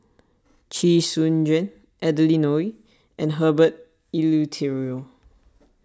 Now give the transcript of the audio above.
Chee Soon Juan Adeline Ooi and Herbert Eleuterio